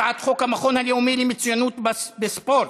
הצעת חוק המכון הלאומי למצוינות בספורט.